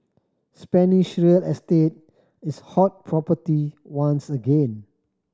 Spanish real estate is hot property once again